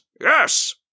Yes